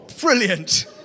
Brilliant